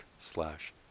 slash